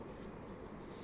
mm